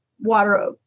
water